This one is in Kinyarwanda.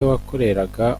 wakoreraga